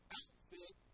outfit